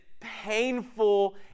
painful